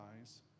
eyes